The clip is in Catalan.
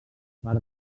per